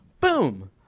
Boom